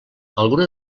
alguna